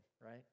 right